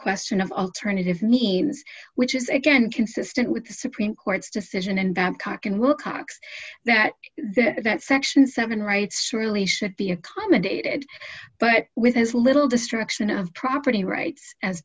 question of alternative means which is again consistent with the supreme court's decision in babcock and wilcox that that section seven rights surely should be accommodated but with as little destruction of property rights as